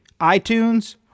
iTunes